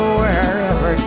wherever